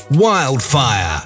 Wildfire